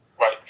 right